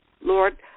Lord